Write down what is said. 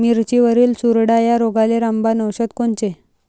मिरचीवरील चुरडा या रोगाले रामबाण औषध कोनचे?